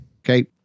Okay